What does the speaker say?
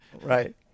Right